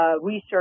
research